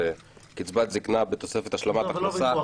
קצבת הזקנה בתוספת השלמת הכנסה -- זה לא ויכוח,